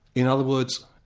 in other words,